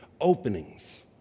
openings